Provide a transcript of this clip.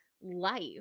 life